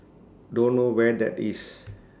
don't know where that is